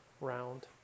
round